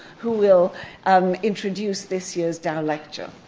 who will um introduce this year's dow lecture.